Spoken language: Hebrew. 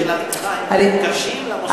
של הפתיחה קשים למוסדות הערביים.